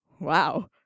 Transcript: Wow